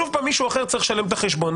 שוב, מישהו אחר צריך לשלם את החשבון.